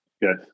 yes